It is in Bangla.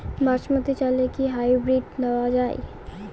বাসমতী চালে কি হাইব্রিড দেওয়া য়ায়?